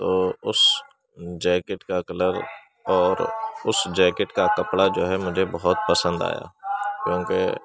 تو اس جیکٹ کا کلر اور اس جیکٹ کا کپڑا جو ہے مجھے بہت پسند آیا کیوں کہ